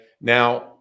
now